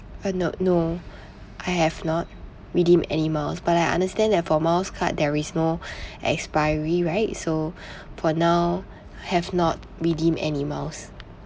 uh no no I have not redeemed any miles but I understand that for miles card there is no expiry right so for now have not redeem any miles